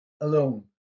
alone